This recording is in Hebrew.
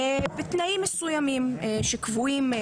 בתנאים מסוימים שקבועים.